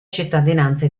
cittadinanza